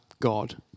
God